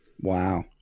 Wow